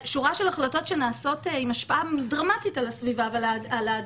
ואם זה שורה של החלטות שנעשות עם השפעה דרמטית על הסביבה ועל האדם,